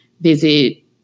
visit